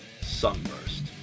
Sunburst